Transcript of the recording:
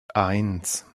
eins